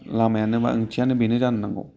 लामायानो ओंथियानो बेनो जानो नांगौ